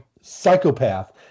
psychopath